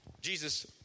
Jesus